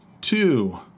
two